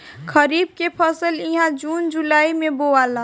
खरीफ के फसल इहा जून जुलाई में बोआला